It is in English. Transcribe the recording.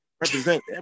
represent